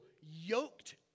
yoked